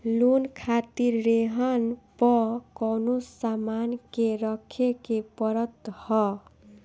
loan खातिर रेहन पअ कवनो सामान के रखे के पड़त हअ